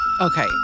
Okay